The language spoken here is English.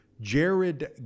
Jared